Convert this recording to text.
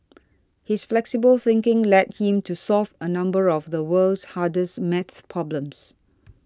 his flexible thinking led him to solve a number of the world's hardest math problems